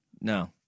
No